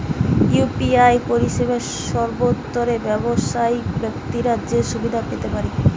UPI পরিসেবা সর্বস্তরের ব্যাবসায়িক ব্যাক্তিরা কি সুবিধা পেতে পারে?